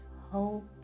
hope